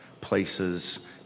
places